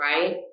right